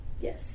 Yes